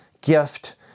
gift